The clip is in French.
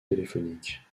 téléphoniques